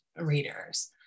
readers